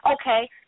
Okay